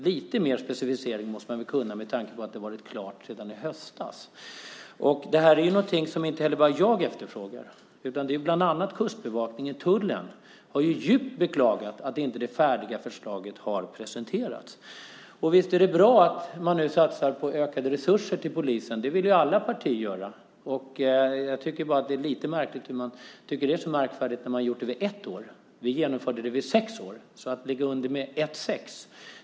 Lite mer specificering måste man kunna åstadkomma med tanke på att det har varit klart sedan i höstas. Det är inte bara jag som efterfrågar det här. Även bland annat Kustbevakningen och tullen har djupt beklagat att det färdiga förslaget inte har presenterats. Visst är det bra att man nu satsar på ökade resurser till polisen; det vill alla partier göra. Men det är lite märkligt att man tycker att det är så märkvärdigt när man har gjort det i ett års budgetproposition. Vi genomförde det i sex års budgetar.